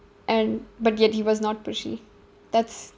and but yet he was not pushy that's